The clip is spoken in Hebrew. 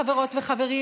חברות וחברים,